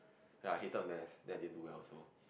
ya I hated math then they do well also